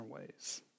ways